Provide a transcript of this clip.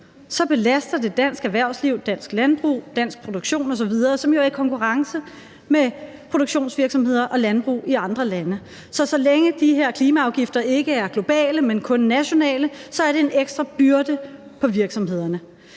belaster det dansk erhvervsliv, dansk landbrug, dansk produktion osv., som jo er i konkurrence med produktionsvirksomheder og landbrug i andre lande. Så så længe de her klimaafgifter ikke er globale, men kun nationale, er det en ekstra byrde på virksomhederne.